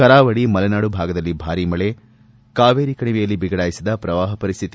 ಕರಾವಳಿ ಮಲೆನಾಡು ಭಾಗದಲ್ಲಿ ಭಾರಿ ಮಳೆ ಕಾವೇರಿ ಕಣಿವೆಯಲ್ಲಿ ಬಿಗಡಾಯಿಸಿದ ಪ್ರವಾಹ ಪರಿಸ್ಟಿತಿ